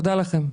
תודה לכם.